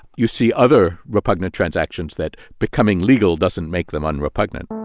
you see other repugnant transactions that becoming legal doesn't make them unrepugnant